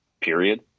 period